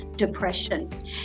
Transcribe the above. depression